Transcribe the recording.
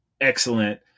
excellent